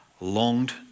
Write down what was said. longed